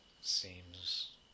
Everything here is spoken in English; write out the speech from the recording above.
seems